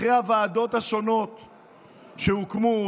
אחרי הוועדות השונות שהוקמו,